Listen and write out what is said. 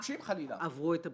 האחרונה עברו את הבחינה.